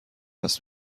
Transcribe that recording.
است